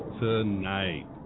tonight